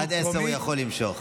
עד עשר הוא יכול למשוך.